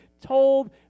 told